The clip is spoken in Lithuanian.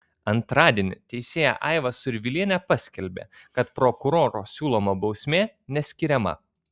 antradienį teisėja aiva survilienė paskelbė kad prokuroro siūloma bausmė neskiriama